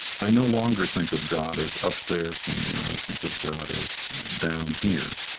i no longer think of god as up there somewhere. i think of god as down here,